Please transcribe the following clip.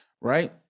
right